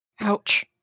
Ouch